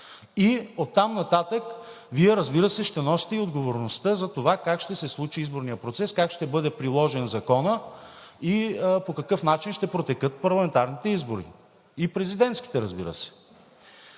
и оттам нататък Вие, разбира се, ще носите и отговорността за това как ще се случи изборният процес, как ще бъде приложен законът и по какъв начин ще протекат парламентарните избори, и президентските, разбира се.